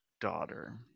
daughter